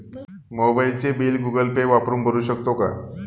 मोबाइलचे bill Google Pay वापरून भरू शकतो का?